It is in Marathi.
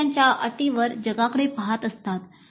ते त्यांच्या अटींवर जगाकडे पहात असतात